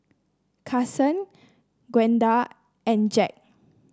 Kasen Gwenda and Jacque